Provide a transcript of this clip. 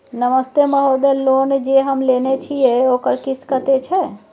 नमस्ते महोदय, लोन जे हम लेने छिये ओकर किस्त कत्ते छै?